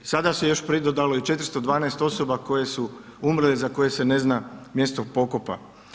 Sada se još pridodalo i 412 osobe koje su umrle i za koje se ne zna mjesto pokopa.